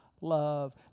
love